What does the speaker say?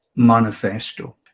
manifesto